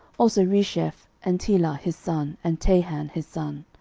also resheph, and telah his son, and tahan his son.